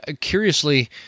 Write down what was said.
curiously